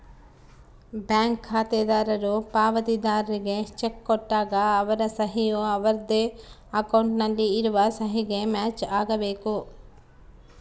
bank ಖಾತೆದಾರರು ಪಾವತಿದಾರ್ರಿಗೆ cheque ಕೊಟ್ಟಾಗ ಅವರ ಸಹಿ ಯು ಅವರದ್ದೇ ಅಕೌಂಟ್ ನಲ್ಲಿ ಇರುವ ಸಹಿಗೆ ಮ್ಯಾಚ್ ಆಗಬೇಕು